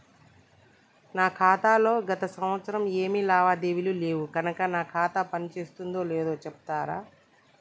నా ఖాతా లో గత సంవత్సరం ఏమి లావాదేవీలు లేవు కనుక నా ఖాతా పని చేస్తుందో లేదో చెప్తరా?